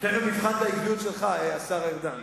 תיכף נבחן את העקביות שלך, השר ארדן.